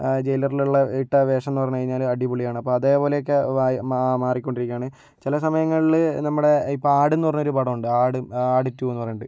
ജയിലറിലുള്ള ഇട്ട വേഷം എന്ന് പറഞ്ഞു കഴിഞ്ഞാൽ അടിപൊളിയാണ് അപ്പോൾ അതേപോലെയൊക്കെ മാറിക്കൊണ്ടിരിക്കുകയാണ് ചില സമയങ്ങളിൽ നമ്മുടെ ഇപ്പോൾ ആട് എന്ന് പറഞ്ഞ ഒരു പടം ഉണ്ട് ആട് ആട് ടൂ എന്ന് പറഞ്ഞിട്ട്